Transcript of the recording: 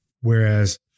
Whereas